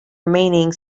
remaining